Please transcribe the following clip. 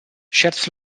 sheds